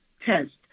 test